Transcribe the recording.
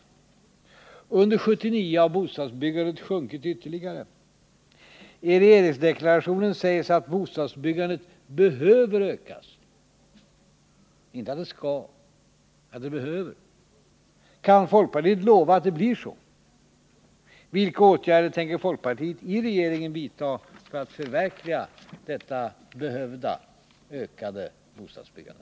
Under 1979 har bostadsbyggandet minskat ytterligare. I regeringsdeklarationen sägs att bostadsbyggandet ”behöver ökas” — inte att det skall, utan att det behöver ökas. Kan folkpartiet lova att det blir så? Vilka åtgärder tänker folkpartiet i regeringen vidta för att förverkliga detta behövda ökade bostadsbyggande?